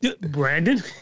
Brandon